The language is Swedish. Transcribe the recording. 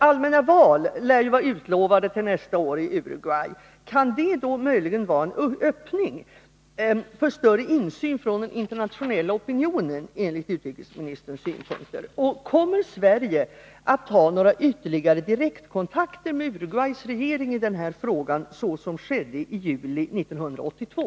Allmänna val lär vara utlovade i Uruguay till nästa år. Kan det möjligen vara en öppning för större insyn från den internationella opinionen, enligt utrikesministerns utgångspunkter, och kommer Sverige att ta några direktkontakter med Uruguays regering i den här frågan, såsom skedde exempelvis i juli 1982?